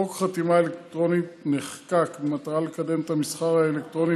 חוק חתימה אלקטרונית נחקק במטרה לקדם את המסחר האלקטרוני